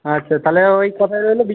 আচ্ছা তাহলে ওই কথাই রইল